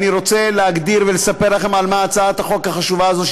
אני רוצה להקדים ולספר לכם על מה הצעת החוק החשובה הזאת,